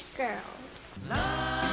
girls